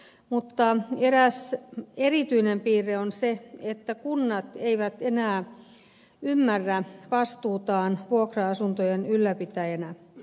mutta eräs erityinen piirre on se että kunnat eivät enää ymmärrä vastuutaan vuokra asuntojen ylläpitäjänä